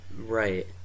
Right